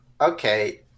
okay